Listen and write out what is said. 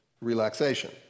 relaxation